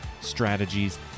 strategies